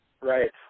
Right